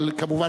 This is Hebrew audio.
אבל כמובן,